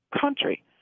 country